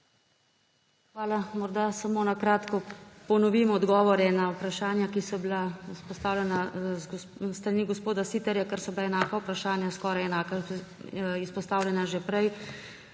Hvala. Morda samo na kratko ponovim odgovore na vprašanja, ki so bila izpostavljena s strani gospoda Siterja, ker so bila skoraj enaka vprašanja izpostavljena že prej.